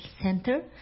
center